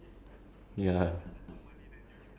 so ya can risk all they want